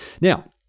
Now